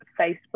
Facebook